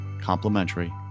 complimentary